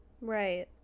Right